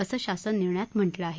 असं या शासन निर्णयात म्हटलं आहे